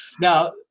now